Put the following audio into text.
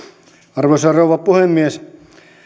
arvoisa rouva puhemies